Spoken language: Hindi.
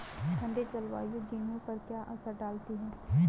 ठंडी जलवायु गेहूँ पर क्या असर डालती है?